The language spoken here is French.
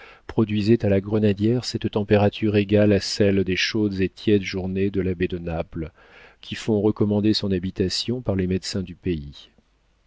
produisaient à la grenadière cette température égale à celle des chaudes et tièdes journées de la baie de naples qui font recommander son habitation par les médecins du pays